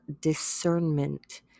discernment